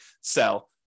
sell